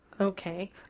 Okay